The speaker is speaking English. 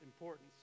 importance